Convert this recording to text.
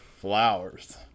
Flowers